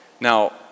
Now